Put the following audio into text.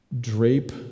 drape